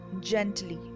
gently